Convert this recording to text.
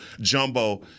jumbo